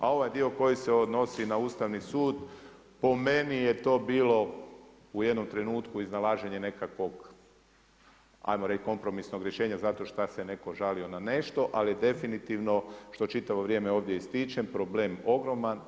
A ovaj dio koji se odnosi na Ustavni sud po meni je to bilo u jednom trenutku iznalaženje nekakvog hajmo reći kompromisnog rješenja zato šta se netko žalio na nešto, ali je definitivno što čitavo vrijeme ovdje ističem problem ogroman.